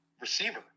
receiver